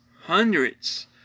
hundreds